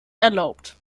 erlaubt